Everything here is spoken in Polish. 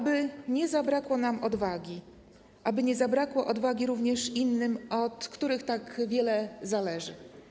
Oby nie zabrakło nam odwagi, oby nie zabrakło odwagi również innym, od których tak wiele zależy.